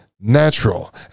natural